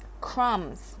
crumbs